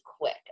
quick